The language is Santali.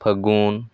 ᱯᱷᱟᱹᱜᱩᱱ